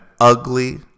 ugly